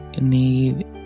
need